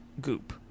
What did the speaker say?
goop